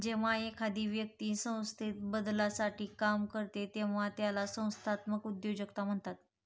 जेव्हा एखादी व्यक्ती संस्थेत बदलासाठी काम करते तेव्हा त्याला संस्थात्मक उद्योजकता म्हणतात